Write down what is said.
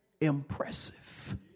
impressive